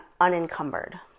unencumbered